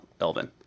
Elvin